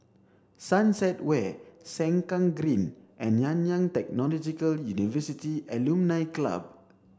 Sunset Way Sengkang Green and Nanyang Technological University Alumni Club